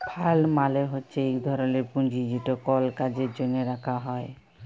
fund মালে হছে ইক ধরলের পুঁজি যেট কল কাজের জ্যনহে রাখা হ্যয়